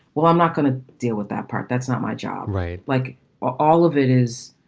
well, i'm not going to deal with that part. that's not my job. right. like all of it is.